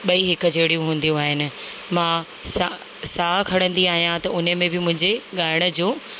ॿई हिकु जहिड़ियूं हूंदियूं आहिनि मां सा साहु खणंदी आहियां त उन में बि मुंहिंजे ॻाइण जो